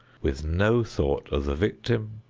with no thought of the victim,